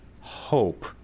hope